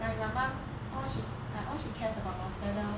like my mom all she all she cares about was whether